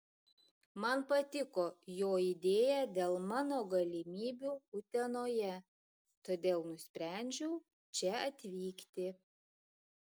man patiko jo idėja dėl mano galimybių utenoje todėl nusprendžiau čia atvykti